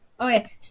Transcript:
Okay